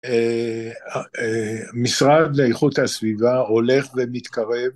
משרד לאיכות הסביבה הולך ומתקרב.